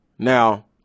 Now